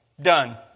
Done